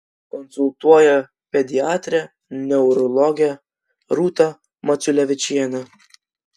konsultuoja pediatrė neurologė rūta maciulevičienė